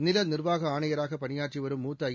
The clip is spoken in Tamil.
நிலநி்வாக ஆணையராக பணியாற்றி வரும் மூத்த ஐ